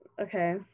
okay